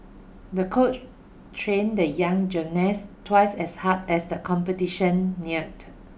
the coach trained the young gymnast twice as hard as the competition neared